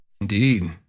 Indeed